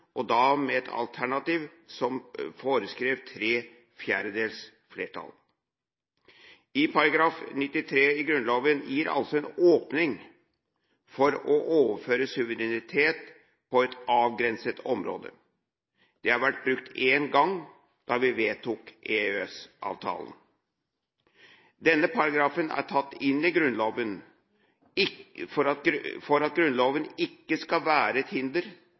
og da med et alternativ som foreskrev tre fjerdedels flertall. Paragraf 93 i Grunnloven gir altså en åpning for å overføre suverenitet på et avgrenset område. Den har vært brukt én gang, da vi vedtok EØS-avtalen. Denne paragrafen er tatt inn for at Grunnloven ikke skal være et hinder